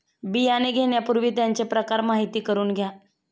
बियाणे घेण्यापूर्वी त्यांचे प्रकार माहिती करून घ्या